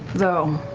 though.